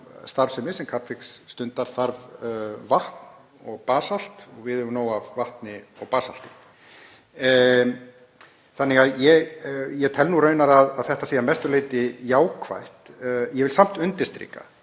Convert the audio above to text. starfsemi sem Carbfix stundar þarf vatn og basalt og við eigum nóg af vatni og basalti. Ég tel raunar að þetta sé að mestu leyti jákvætt. Ég vil samt undirstrika: